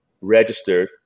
registered